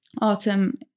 autumn